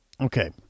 okay